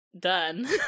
done